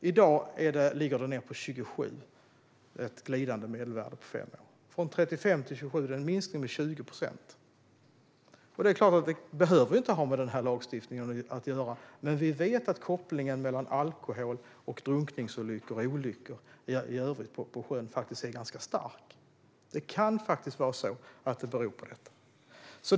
I dag ligger det på 27. Det är ett glidande medelvärde på fem år. Från 35 till 27 är en minskning på 20 procent. Det behöver inte ha med den här lagstiftningen att göra, men vi vet att kopplingen mellan alkohol och drunkningsolyckor och olyckor i övrigt på sjön är ganska stark. Det kan faktiskt vara så att det beror på lagen.